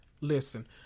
Listen